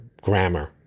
grammar